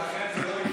ולכן זה,